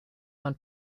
man